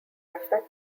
effect